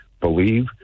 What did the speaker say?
believe